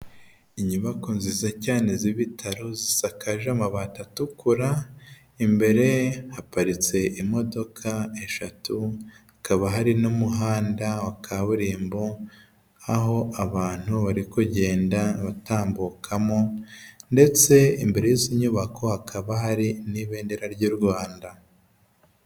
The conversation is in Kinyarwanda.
Inyubako nziza cyane z'ibitaro zisakaje amabati atukura, imbere haparitse imodoka eshatu hakaba hari n'umuhanda wa kaburimbo aho abantu bari kugenda batambukamo, ndetse imbere y'izi nyubako hakaba hari n'ibendera ry'u Rwanda.